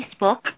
Facebook